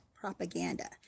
propaganda